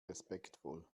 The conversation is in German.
respektvoll